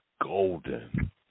golden